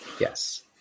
Yes